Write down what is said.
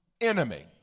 enemy